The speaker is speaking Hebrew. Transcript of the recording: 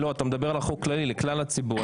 לא, אתה מדבר על חוק כללי, לכלל הציבור.